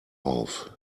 auf